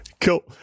Cool